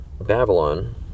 Babylon